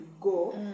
go